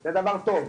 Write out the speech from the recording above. זה דבר טוב,